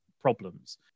problems